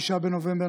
6 בנובמבר,